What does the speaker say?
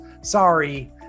Sorry